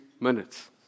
minutes